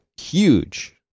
huge